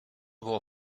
było